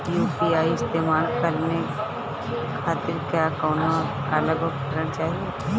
UPI इस्तेमाल करने खातिर क्या कौनो अलग उपकरण चाहीं?